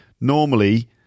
Normally